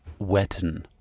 wetten